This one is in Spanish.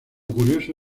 curioso